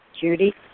Judy